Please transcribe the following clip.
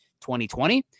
2020